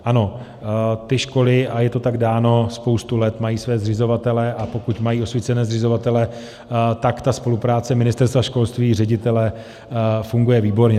Ano, ty školy, a je to tak dáno, spoustu let mají své zřizovatele, a pokud mají osvícené zřizovatele, tak ta spolupráce Ministerstva školství a ředitele funguje výborně.